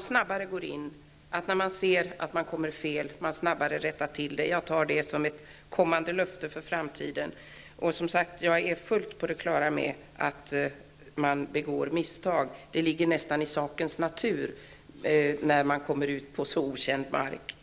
snabbare skall gå in med åtgärder. Jag hoppas alltså att man, när man ser att det blir fel, snabbare rättar till det hela. Jag tar det som ett löfte för framtiden att så blir fallet. Jag är, som sagt, helt och fullt på det klara med att misstag begås. Det ligger nästan i sakens natur att det blir så när man kommer ut på okänd mark.